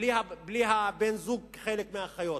בלי בן-הזוג, חלק מהחיות.